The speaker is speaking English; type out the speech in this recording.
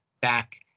back